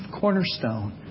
cornerstone